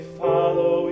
follow